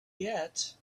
yet